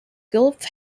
guelph